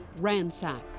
ransacked